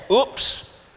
oops